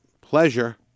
pleasure